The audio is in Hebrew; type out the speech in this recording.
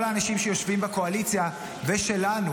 כל האנשים שיושבים בקואליציה ושלנו,